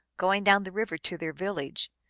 going down the river to their village.